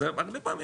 אז הרבה פעמים,